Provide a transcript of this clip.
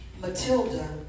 Matilda